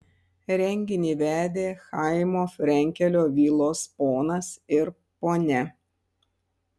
renginį vedė chaimo frenkelio vilos ponas ir ponia